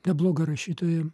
nebloga rašytoja